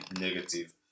negative